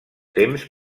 temps